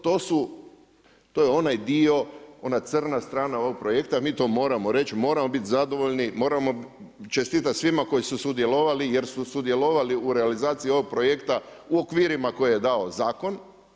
To je onaj dio, ona crna strana ovog projekta, mi to moramo reći, moramo biti zadovoljni, moramo čestitati svima koji su sudjelovali, jer su sudjelovali u realizaciji ovog projekta u okvirima koje je dao zakon.